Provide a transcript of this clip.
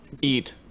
Eat